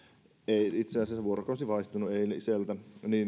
kun itse asiassa vuorokausi on vaihtunut eiliseltä niin